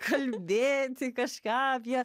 kalbėti kažką apie